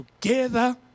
together